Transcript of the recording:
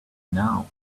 now